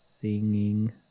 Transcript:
Singing